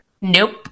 Nope